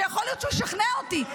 ויכול להיות שהוא ישכנע אותי.